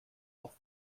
auf